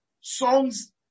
Songs